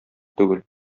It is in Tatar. түгел